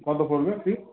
কত পড়বে পিস